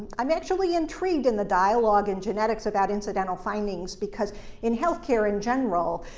i'm actually intrigued in the dialogue in genetics about incidental findings because in health care in general,